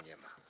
Nie ma.